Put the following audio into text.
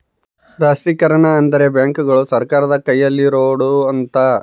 ರಾಷ್ಟ್ರೀಕರಣ ಅಂದ್ರೆ ಬ್ಯಾಂಕುಗಳು ಸರ್ಕಾರದ ಕೈಯಲ್ಲಿರೋಡು ಅಂತ